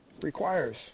requires